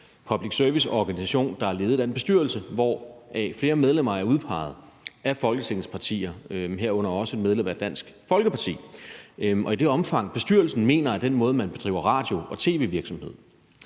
public service-organisation, der er ledet af en bestyrelse, hvoraf flere medlemmer er udpeget af Folketingets partier, herunder også et medlem af Dansk Folkeparti. Og i det omfang, bestyrelsen mener noget om den måde, man bedriver radio- og tv-virksomhed